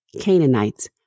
Canaanites